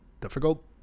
difficult